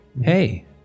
Hey